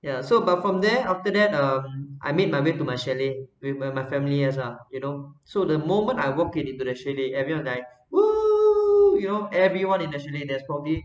ya so but from there after that um I made my way to my chalet with my my family yes lah you know so the moment I walked into the chalet everyone like !woo! you know everyone in the chalet that's probably